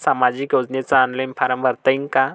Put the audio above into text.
सामाजिक योजनेचा form online भरता येईन का?